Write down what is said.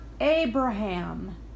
Abraham